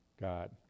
God